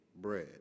bread